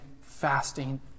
fasting